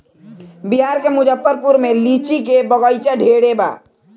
बिहार के मुजफ्फरपुर में लीची के बगइचा ढेरे बा